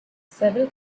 several